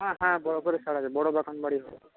হ্যাঁ হ্যাঁ বড়ো করে ছাড়া আছে বড়ো বাগান বাড়ি হবে